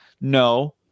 No